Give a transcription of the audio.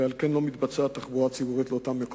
ועל כן אין תחבורה ציבורית אליהם.